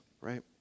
right